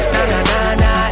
Na-na-na-na